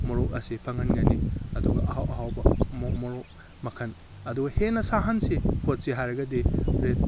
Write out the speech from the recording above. ꯃꯣꯔꯣꯛ ꯑꯁꯦ ꯐꯪꯍꯟꯒꯅꯤ ꯑꯗꯨꯒ ꯑꯍꯥꯎ ꯑꯍꯥꯎꯕ ꯃꯣꯔꯣꯛ ꯃꯈꯟ ꯑꯗꯣ ꯍꯦꯟꯅ ꯁꯥꯍꯟꯁꯤ ꯈꯣꯠꯁꯤ ꯍꯥꯏꯔꯒꯗꯤ ꯔꯦꯠ